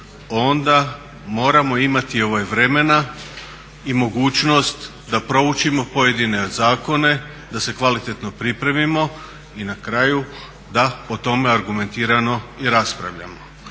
onda moramo imati vremena i mogućnost da proučimo pojedine zakone, da se kvalitetno pripremimo i na kraju da to argumentirano i raspravljamo.